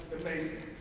amazing